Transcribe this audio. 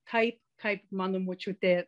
kaip kaip mano močiutė